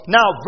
Now